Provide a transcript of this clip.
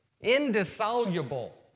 Indissoluble